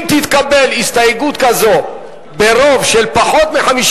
אם תתקבל הסתייגות כזו ברוב של פחות מ-50